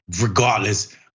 regardless